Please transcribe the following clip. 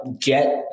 get